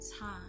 time